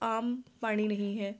ਆਮ ਪਾਣੀ ਨਹੀਂ ਹੈ